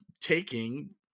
taking